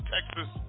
Texas